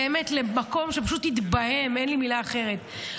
באמת, למקום שפשוט התבהם, אין לי מילה אחרת.